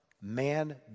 man